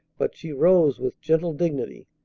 but she rose with gentle dignity.